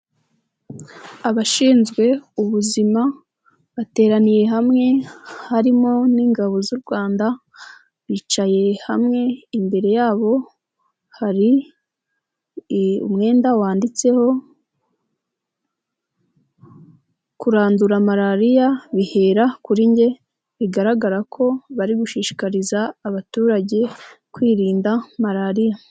Abashinzwe ubuzima bateraniye hamwe, harimo n'ingabo z'u Rwanda, bicaye hamwe, imbere yabo hari umwenda wanditseho kurandura malariya bihera kuri njye, bigaragara ko bari gushishikariza abaturage kwirinda malariya.